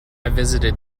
visited